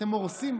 אתם הורסים,